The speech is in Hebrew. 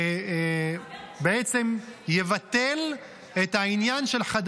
בעצם יבטל את העניין של,